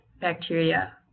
bacteria